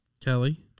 Kelly